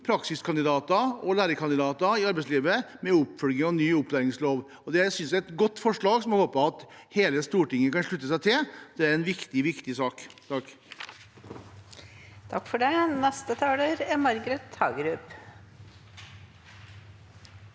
praksiskandidater og lærekandidater i arbeidslivet, med oppfølging av ny opplæringslov. Det synes jeg er et godt forslag som jeg håper at hele Stortinget kan slutte seg til. Det er en viktig, viktig sak.